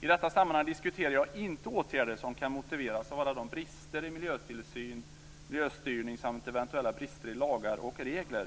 I detta sammanhang diskuterar jag inte åtgärder som kan motiveras av alla de brister i miljötillsyn, miljöstyrning samt eventuella brister i lagar och regler